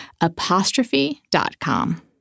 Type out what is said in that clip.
apostrophe.com